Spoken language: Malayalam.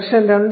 വേർഷൻ 2